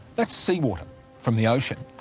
that's seawater from the ocean.